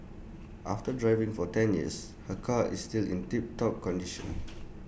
after driving for ten years her car is still in tip top condition